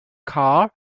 car